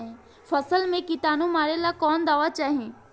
फसल में किटानु मारेला कौन दावा चाही?